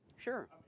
Sure